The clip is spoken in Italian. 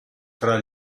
tra